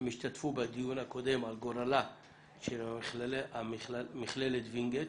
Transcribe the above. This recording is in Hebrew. הם השתתפו בדיון הקודם על גורלה של מכללת וינגייט